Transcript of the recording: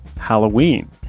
Halloween